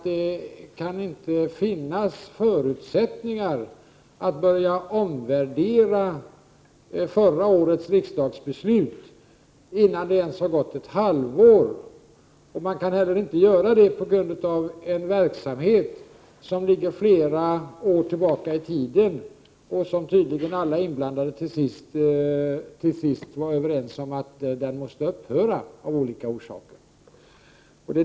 Det kan inte finnas förutsättningar att börja omvärdera förra årets riksdagsbeslut innan förändringen varit i kraft ens ett halvår. Man kan inte heller göra det på grundval av en verksamhet som ligger flera år tillbaka i tiden och som tydligen alla inblandade till sist var överens om måste upphöra — av olika skäl.